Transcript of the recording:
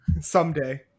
Someday